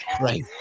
Right